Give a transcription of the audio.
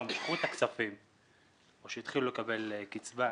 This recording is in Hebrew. משכו את הכספים או שהתחילו לקבל קצבה,